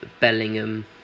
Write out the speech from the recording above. Bellingham